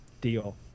deal